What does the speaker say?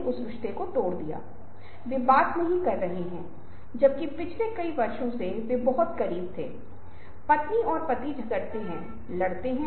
यह उस तरह से कैसे संबंधित है जब हम चीजों के अर्थ का अनुभव करते हैं जब वे एक दूसरे से जुड़े होते हैं